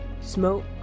smoke